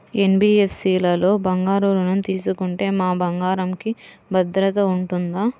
NBFC లలో బంగారు ఋణం తీసుకుంటే మా బంగారంకి భద్రత ఉంటుందా?